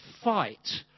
fight